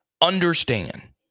Understand